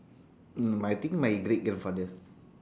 mm I think my great grandfather